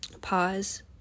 pause